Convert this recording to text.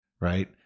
right